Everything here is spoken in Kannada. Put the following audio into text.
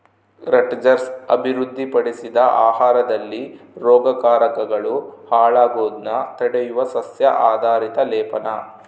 ರಟ್ಜರ್ಸ್ ಅಭಿವೃದ್ಧಿಪಡಿಸಿದ ಆಹಾರದಲ್ಲಿ ರೋಗಕಾರಕಗಳು ಹಾಳಾಗೋದ್ನ ತಡೆಯುವ ಸಸ್ಯ ಆಧಾರಿತ ಲೇಪನ